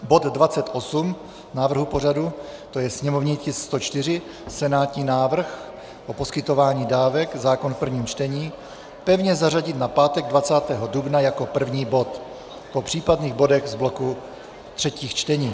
Bod 28 návrhu pořadu, to je sněmovní tisk 104 senátní návrh o poskytování dávek, zákon v prvním čtení, pevně zařadit na pátek 20. dubna jako první bod po případných bodech z bloku třetích čtení.